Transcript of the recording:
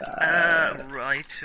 Right